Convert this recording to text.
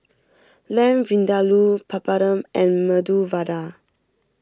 Lamb Vindaloo Papadum and Medu Vada